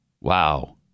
Wow